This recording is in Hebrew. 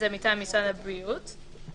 זה צריך להיות בחינה פרטנית.